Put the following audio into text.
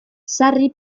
sarri